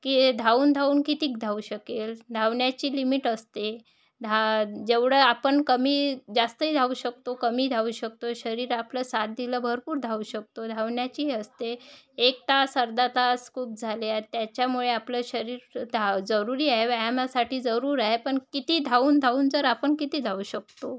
की धावून धावून कितीक धावू शकेल धावण्याची लिमिट असते धा जेवढं आपण कमी जास्तही धावू शकतो कमी धावू शकतो शरीर आपलं साथ देईल भरपूर धावू शकतो धावण्याची ही असते एक तास अर्धा तास खूप झाले आहे त्याच्यामुळे आपलं शरीर धाव जरूरी आहे व्यायामासाठी जरूर आहे पण किती धावून धावून जर आपण किती धावू शकतो